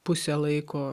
pusę laiko